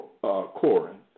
Corinth